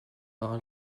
par